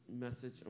message